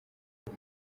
ubu